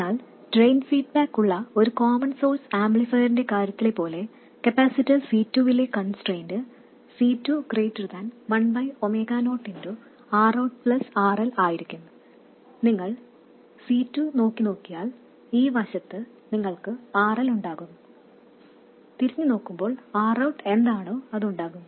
എന്നാൽ drain feedback ഉള്ള ഒരു കോമൺ സോഴ്സ് ആംപ്ലിഫയറിന്റെ കാര്യത്തിലെ പോലെ കപ്പാസിറ്റർ C2 ലെ കൺസ്ട്രെയിൻറ് C2 ≫1 0Rout RL ആയിരിക്കും നിങ്ങൾ C2 നോക്കിയാൽ ഈ വശത്ത് നിങ്ങൾക്ക് RL ഉണ്ടാകും തിരിഞ്ഞുനോക്കുമ്പോൾ Rout എന്താണോ അതുണ്ടാകും